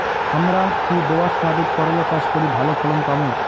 হামরা কি দোয়াস মাতিট করলা চাষ করি ভালো ফলন পামু?